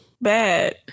Bad